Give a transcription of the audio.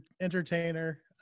entertainer